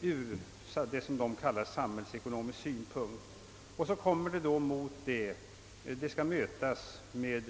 ur samhällsekonomisk synpunkt ställs en rad splittrade remissinstanser.